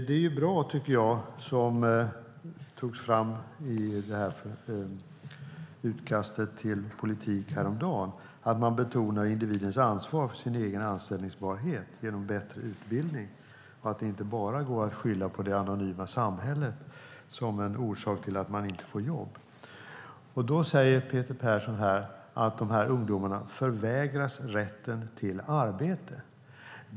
Jag tycker att det är bra som togs fram i utkastet till politik häromdagen att man betonar individens ansvar för sin egen anställbarhet genom bättre utbildning och att det inte bara går att skylla på det anonyma samhället som en orsak till att man inte får jobb. Peter Persson säger här att ungdomarna förvägras rätten till arbete.